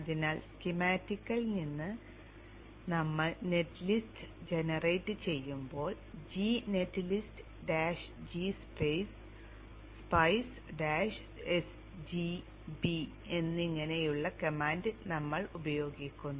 അതിനാൽ സ്കീമാറ്റിക്കിൽ നിന്ന് ഞങ്ങൾ നെറ്റ് ലിസ്റ്റ് ജനറേറ്റ് ചെയ്യുമ്പോൾ g net list dash g spice dash s d b എന്നിങ്ങനെയുള്ള കമാൻഡ് ഞങ്ങൾ ഉപയോഗിക്കുന്നു